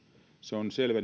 se on selvä